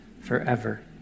forever